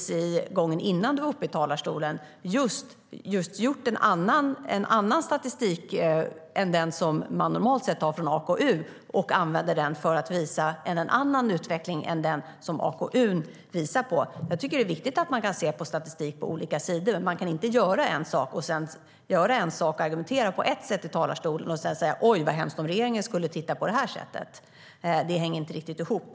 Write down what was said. Gången innan du var uppe i talarstolen tog du upp en annan statistik som man normalt använder från AKU. Sedan använder han den för att visa en annan utveckling än den som AKU visar. Jag tycker att det är viktigt att man kan se på statistik på olika sätt. Men man kan inte göra en sak och argumentera på ett sätt i talarstolen och sedan säga: Oj, vad hemskt om regeringen skulle titta på det här sättet! Det hänger inte riktigt ihop.